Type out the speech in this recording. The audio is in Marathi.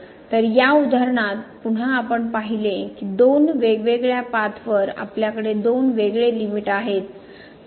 तर या उदाहरणात पुन्हा आपण पाहिले आहे की दोन वेगवेगळ्या पाथ वर आपल्याकडे दोन वेगळे लिमिट आहेत